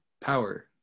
power